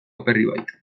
aperribaik